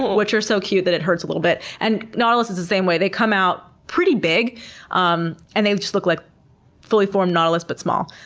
which are so cute that it hurts a little bit. and nautilus is the same way. they come out pretty big um and they look like fully formed nautilus. but small.